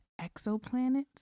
exoplanets